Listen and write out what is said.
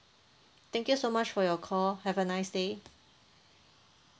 thank you so much for your call have a nice day